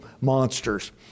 monsters